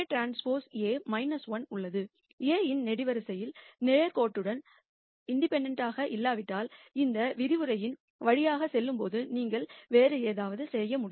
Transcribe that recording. A இன் காலம்கள் linear independent இல்லாவிட்டால் இந்த விரிவுரையின் வழியாக செல்லும்போது நீங்கள் வேறு ஏதாவது செய்ய வேண்டும்